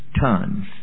tons